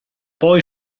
poi